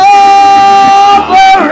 over